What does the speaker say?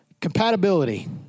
Compatibility